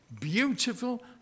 beautiful